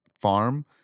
farm